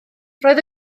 roedd